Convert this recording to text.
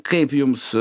kaip jums